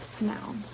Now